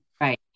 Right